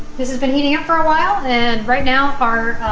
this is been heating it for a while and right now our